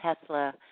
Tesla